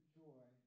joy